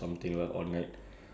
for me